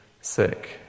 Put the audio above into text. sick